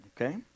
Okay